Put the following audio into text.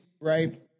Right